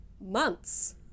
months